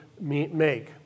make